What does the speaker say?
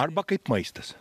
arba kaip maistas